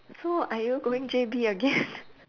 so are you going J_B again